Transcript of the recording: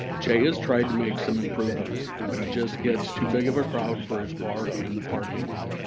jay has tried to make some improvements, but he just gets too big of a crowd for his bar and the parking lot.